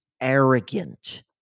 arrogant